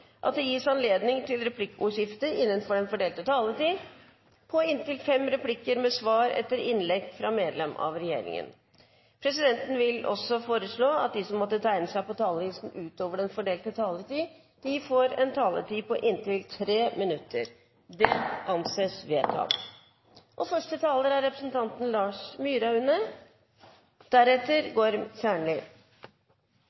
at det gis anledning til replikkordskifte på inntil fem replikker med svar etter innlegg fra medlem av regjeringen innenfor den fordelte taletid. Videre blir det foreslått at de som måtte tegne seg på talerlisten utover den fordelte taletid, får en taletid på inntil 3 minutter. – Det anses vedtatt.